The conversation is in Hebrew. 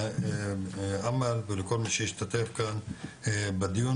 לעמר ולכל מי שהשתתף כאן בדיון,